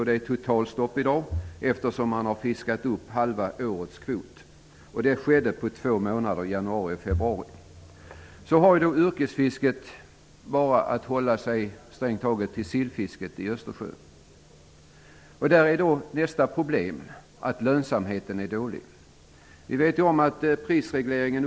Det är totalstopp, eftersom man har fiskat upp halva årets kvot. Det skedde på två månader, januari och februari. Yrkesfiskarna får då hålla sig till sillfisket i Östersjön. Då uppstår nästa problem -- lönsamheten är dålig.